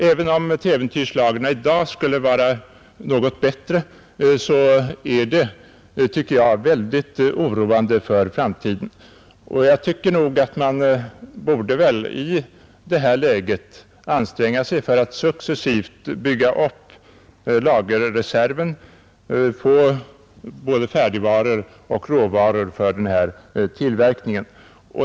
Även om lagren i dag till äventyrs skulle vara något bättre tycker jag ändå att det är mycket oroande för framtiden, och jag anser att man borde anstränga sig för att successivt bygga upp lagerreserven när det gäller både färdigvaror och råvaror för den tillverkning som det här är fråga om.